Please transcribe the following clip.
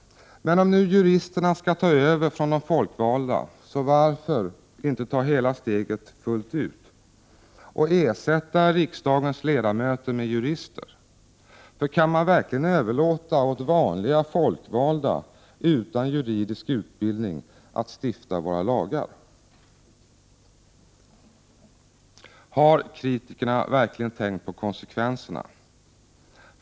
Men om nu juristerna skall ta över från de folkvalda, så varför inte ta hela steget fullt ut och ersätta riksdagens ledamöter med jurister? För kan man verkligen överlåta åt vanliga folkvalda utan juridisk utbildning att stifta våra lagar? Har kritikerna verkligen tänkt på konsekvenserna?